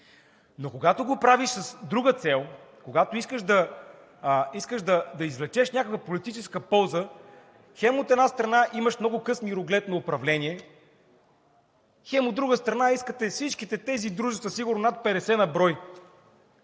Но когато го правиш с друга цел, когато искаш да извлечеш някаква политическа полза, хем, от една страна, имаш много къс мироглед на управление, хем, от друга страна, искате всичките тези дружества – сигурно над 50 на брой,